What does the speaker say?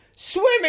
Swimming